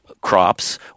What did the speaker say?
crops